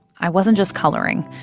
i wasn't just coloring.